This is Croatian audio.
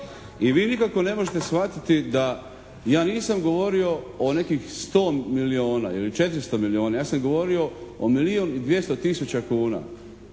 I vi nikako ne možete shvatiti da ja nisam govorio o nekakvih 100 milijuna ili 400 milijuna. Ja sam govorio o milijun i 200 tisuća kuna